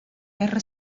guerra